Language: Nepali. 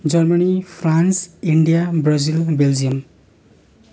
Germany France India Brazil Belgium